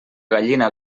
gallina